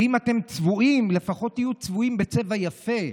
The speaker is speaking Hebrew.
ואם אתם צבועים, לפחות תהיו צבועים בצבע יפה.